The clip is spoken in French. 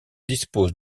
dispose